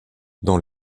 dans